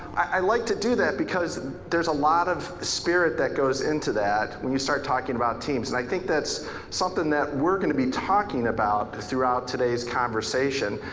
i like to do that because there's a lot of spirit that goes into that when you start talking about teams. and i think that's something that we're gonna be talking about throughout today's conversation.